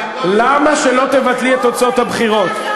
למה שלא תבטלי את תוצאות הבחירות?